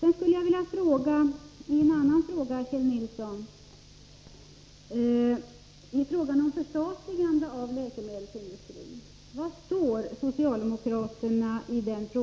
Sedan skulle jag vilja ställa en annan fråga till Kjell Nilsson. Var står socialdemokraterna nu för tiden när det gäller förstatligandet av läkemedelsindustrin?